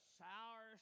sour